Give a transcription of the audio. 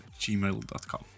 gmail.com